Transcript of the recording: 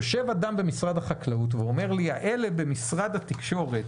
יושב אדם במשרד החקלאות ואומר שאלה במשרד התקשורת,